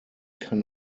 kann